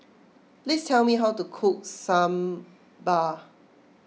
please tell me how to cook Sambar